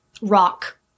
rock